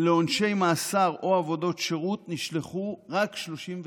לעונשי מאסר או עבודות שירות נשלחו רק 39 תוקפים.